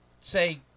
say